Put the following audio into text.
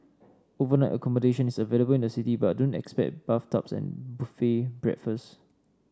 overnight accommodation is available in the city but don't expect bathtubs and buffet breakfasts